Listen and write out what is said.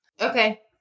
Okay